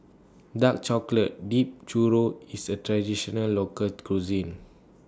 Dark Chocolate Dipped Churro IS A Traditional Local Cuisine